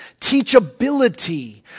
teachability